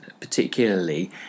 particularly